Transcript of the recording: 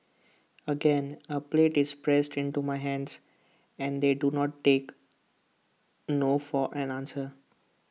again A plate is pressed into my hands and they do not take no for an answer